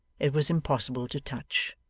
it was impossible to touch.